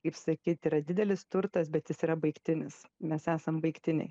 kaip sakyt yra didelis turtas bet jis yra baigtinis mes esam baigtiniai